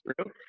true